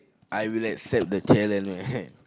I will accept the challenge